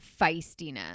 feistiness